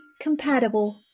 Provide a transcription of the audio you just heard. compatible